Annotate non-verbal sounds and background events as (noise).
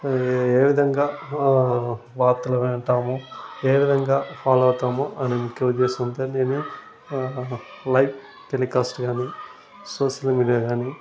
ఏ విధంగా వార్తలు వింటాము ఏ విధంగా ఫాలో అవుతాము అని (unintelligible) చేస్తుంటే నేను లైవ్ టెలికాస్ట్ కానీ సోషల్ మీడియా కానీ